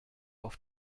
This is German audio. auf